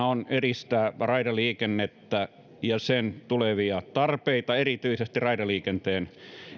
on edistää raideliikennettä ja sen tulevia tarpeita erityisesti raideliikenteen